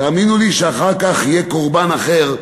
תאמינו לי שאחר כך יהיה קורבן אחר,